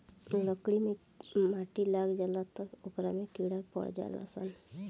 लकड़ी मे माटी लाग जाला त ओकरा में कीड़ा पड़ जाल सन